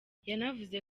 yanavuze